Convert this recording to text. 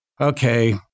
okay